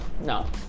No